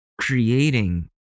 creating